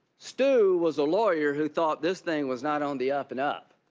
stu was a lawyer who thought this thing was not on the up and up.